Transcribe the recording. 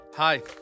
Hi